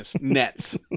nets